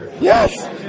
Yes